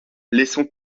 laissons